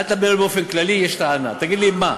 אל תטפל באופן כללי, יש טענה, תגיד לי מה.